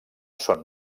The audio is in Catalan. són